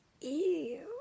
Ew